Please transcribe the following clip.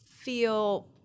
feel